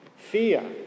Fear